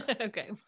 okay